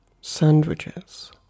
sandwiches